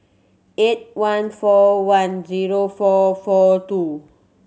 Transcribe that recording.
eight one four one zero four four two